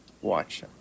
Watch